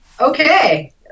Okay